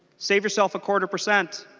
save yourself a quarter percent